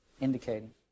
indicating